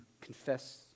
confess